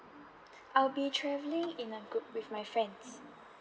I'll be travelling in a group with my friends